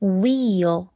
wheel